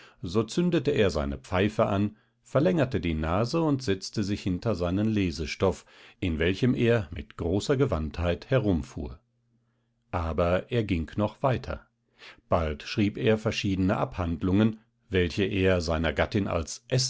so zündete er seine pfeife an verlängerte die nase und setzte sich hinter seinen lesestoff in welchem er mit großer gewandtheit herumfuhr aber er ging noch weiter bald schrieb er verschiedene abhandlungen welche er seiner gattin als